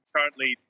Currently